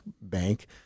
Bank